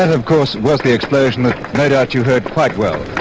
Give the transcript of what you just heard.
and and course was the explosion that no doubt you heard quite well,